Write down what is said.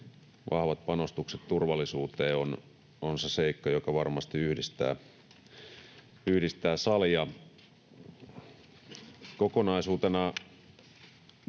vahvat panostukset turvallisuuteen on se seikka, joka varmasti yhdistää salia. Kokonaisuutena